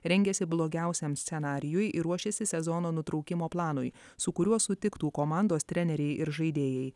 rengiasi blogiausiam scenarijui ir ruošiasi sezono nutraukimo planui su kuriuo sutiktų komandos treneriai ir žaidėjai